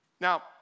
Now